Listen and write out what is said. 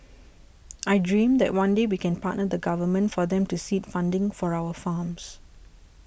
I dream that one day we can partner the Government for them to seed funding for our farms